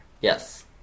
Yes